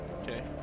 Okay